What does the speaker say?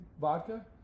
vodka